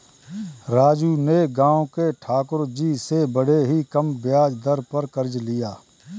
राजू ने गांव के ठाकुर जी से बड़े ही कम ब्याज दर पर कर्ज लिया